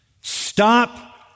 stop